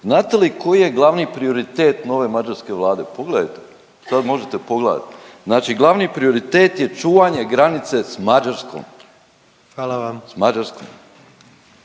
Znate li koji je glavni prioritet nove mađarske Vlade? Pogledajte, to možete pogledat, znači glavni prioritet je čuvanje granice s Mađarskom…/Upadica predsjednik: